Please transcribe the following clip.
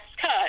cut